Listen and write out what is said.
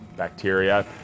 Bacteria